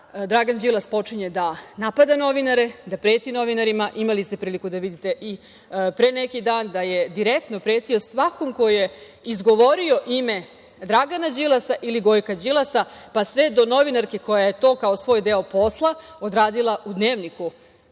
Dragan Đilas počinje da napada novinare, da preti novinarima. Imali ste priliku da vidite i pre neki dan da je direktno pretio svakom ko je izgovorio ime Dragana Đilasa ili Gojka Đilasa, pa sve do novinarke koja je to kao svoj deo posla odradila u dnevniku,